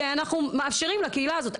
שאנחנו מאפשרים לקהילה הזאת,